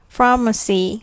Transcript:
Pharmacy